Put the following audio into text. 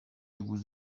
vous